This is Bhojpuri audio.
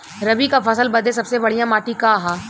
रबी क फसल बदे सबसे बढ़िया माटी का ह?